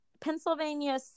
pennsylvania